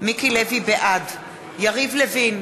בעד יריב לוין,